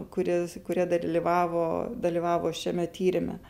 kuris kurie dalyvavo dalyvavo šiame tyrime